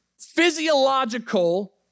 physiological